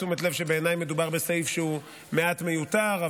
תשומת הלב שבעיניי מדובר בסעיף שהוא מעט מיותר,